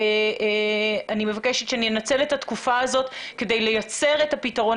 אני מבקשת שננצל את התקופה הזאת כדי לייצר את הפתרון